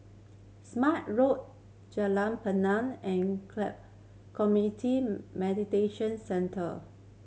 Smart Road Jalan Punai and Community Mediation Centre